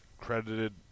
credited